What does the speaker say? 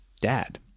dad